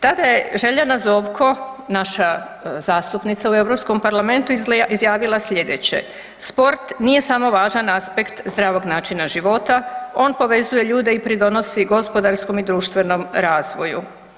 Tada je Željana Zovko naša zastupnica u Europskom parlamentu izjavila sljedeće „Sport nije samo važan aspekt zdravog načina života, on povezuje ljude i pridonosi gospodarskom i društvenom razvoju.